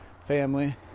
family